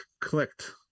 clicked